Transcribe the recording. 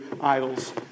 idols